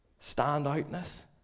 standoutness